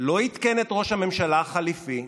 לא עדכן את ראש הממשלה החליפי,